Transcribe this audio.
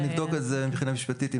אנחנו נבדוק את זה מבחינה משפטית אם